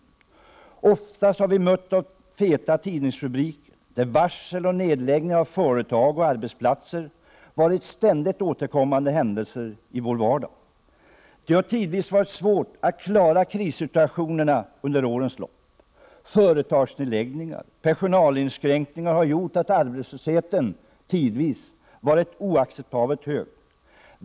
Vi har oftast mötts av feta tidningsrubriker där varsel och nedläggningar av företag och arbetsplatser har varit ständigt återkommande händelser i vår vardag. Det har tidvis varit svårt att klara krissituationerna under årens lopp. Företagsnedläggningar och personalinskränkningar har gjort att arbetslösheten tidvis har varit oacceptabelt hög.